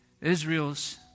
Israel's